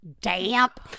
damp